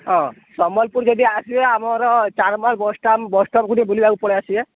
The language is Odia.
ହଁ ସମ୍ବଲପୁର ଯଦି ଆସିବେ ଆମର ଚାରମାଲ ବାସଷ୍ଟାଣ୍ଡ ବସଷ୍ଟପକୁ ଟିକେ ବୁଲିବାକୁ ପଳାଇ ଆସିବେ